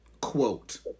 quote